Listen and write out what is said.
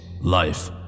life